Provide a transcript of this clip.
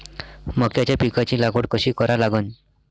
मक्याच्या पिकाची लागवड कशी करा लागन?